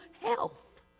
health